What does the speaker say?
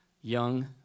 young